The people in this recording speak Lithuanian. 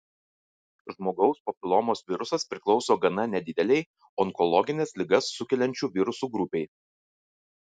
žmogaus papilomos virusas priklauso gana nedidelei onkologines ligas sukeliančių virusų grupei